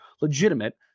legitimate